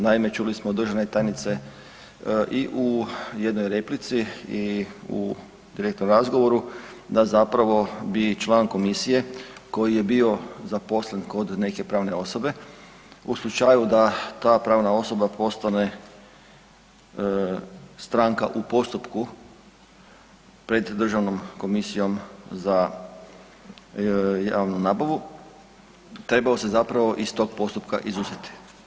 Naime, čuli smo od državne tajnice i u jednoj replici i u direktnom razgovoru da zapravo bi član komisije koji je bio zaposlen kod neke pravne osobe u slučaju da ta pravna osoba postane stranka u postupku pred državnom komisijom za javnu nabavu trebao se zapravo iz tog postupka izuzeti.